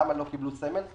למה לא קיבלו סמל?